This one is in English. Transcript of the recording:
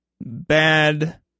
bad